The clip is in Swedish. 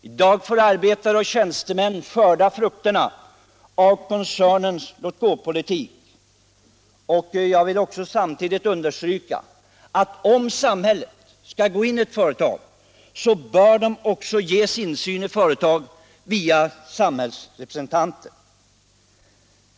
I dag får arbetare och tjänstemän skörda frukterna av koncernens låt-gå-politik. Jag vill samtidigt understryka att om samhället skall gå in med lån och bidrag till ett företag bör det också ges insyn i företaget, via samhällsrepresentanter.